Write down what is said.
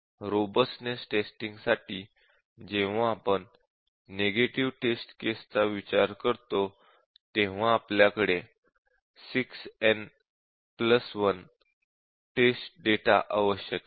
robustness testing साठी जेव्हा आपण नेगेटिव्ह टेस्ट केसेस चा विचार करतो तेव्हा आपल्याकडे 6n1 टेस्ट डेटा आवश्यक आहे